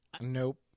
Nope